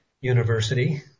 university